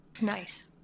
Nice